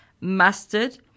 mustard